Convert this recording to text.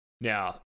Now